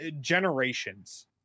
generations